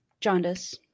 jaundice